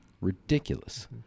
ridiculous